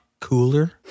cooler